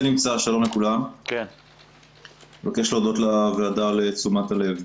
אני מבקש להודות לוועדה על תשומת הלב.